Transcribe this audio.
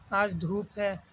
آج دھوپ ہے